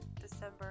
December